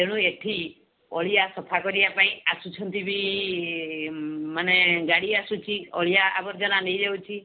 ତେଣୁ ଏଠି ଅଳିଆ ସଫା କରିବାପାଇଁ ଆସୁଛନ୍ତି ବି ମାନେ ଗାଡ଼ି ଆସୁଛି ଅଳିଆ ଆବର୍ଜନା ନେଇଯାଉଛି